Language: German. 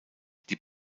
die